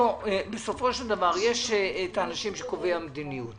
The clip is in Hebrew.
בסופו של דבר יש את האנשים שהם קובעי המדיניות